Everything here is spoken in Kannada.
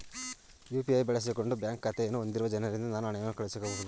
ಯು.ಪಿ.ಐ ಬಳಸಿಕೊಂಡು ಬ್ಯಾಂಕ್ ಖಾತೆಯನ್ನು ಹೊಂದಿರದ ಜನರಿಗೆ ನಾನು ಹಣವನ್ನು ಕಳುಹಿಸಬಹುದೇ?